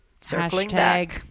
Hashtag